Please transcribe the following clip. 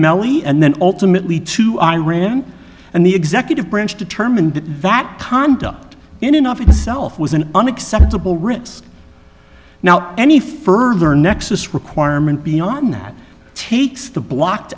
melanie and then ultimately to iran and the executive branch determined that conduct in an off itself was an unacceptable risk now any further nexus requirement beyond that takes the blocked